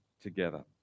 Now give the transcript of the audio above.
together